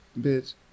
Bitch